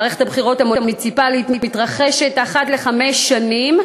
מערכת הבחירות המוניציפליות מתרחשת אחת לחמש שנים,